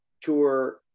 tour